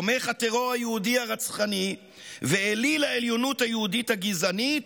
תומך הטרור היהודי הרצחני ואליל העליונות היהודית הגזענית,